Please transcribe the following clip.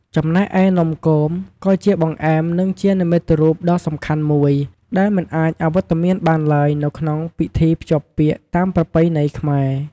ចំណែកឯ នំគមក៏ជាបង្អែមនិងជានិមិត្តរូបដ៏សំខាន់មួយ ដែលមិនអាចអវត្តមានបានទ្បើយនៅក្នុងពិធីភ្ជាប់ពាក្យតាមប្រពៃណីខ្មែរ។